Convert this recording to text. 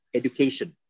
education